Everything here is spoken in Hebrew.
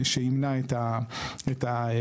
שימנע את התפטרות.